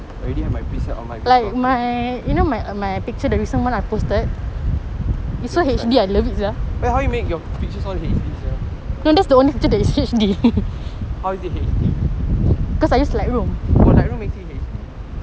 already have my preset on my play store which one but how you made your pictures all H_D sia how is it H_D oh light room can change to H_D